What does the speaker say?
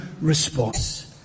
response